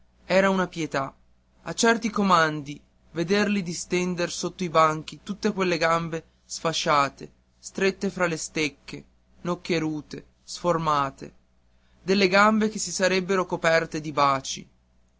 era una pietà a certi comandi vederli distender sotto i banchi tutte quelle gambe fasciate strette fra le stecche nocchierute sformate delle gambe che si sarebbero coperte di baci